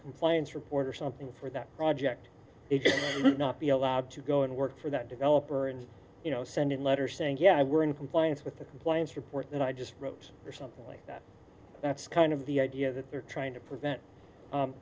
compliance report or something for that project it not be allowed to go and work for that developer and you know send a letter saying yeah we're in compliance with the compliance report that i just wrote or something like that that's kind of the idea that they're trying to prevent